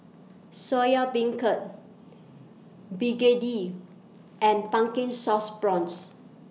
Soya Beancurd Begedil and Pumpkin Sauce Prawns